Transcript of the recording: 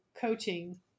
coaching